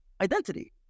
identity